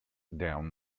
down